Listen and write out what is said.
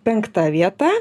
penkta vieta